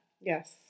Yes